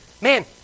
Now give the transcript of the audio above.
Man